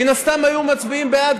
מן הסתם היו מצביעים בעד,